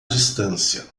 distância